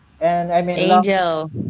Angel